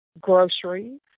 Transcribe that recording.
groceries